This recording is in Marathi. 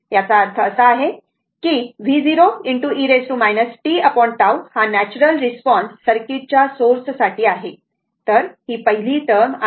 याचा अर्थ असा की v0 e tT हा नॅच्युरल रिस्पॉन्स सर्किटच्या सोर्स साठी आहे तर ती पहिली टर्म आहे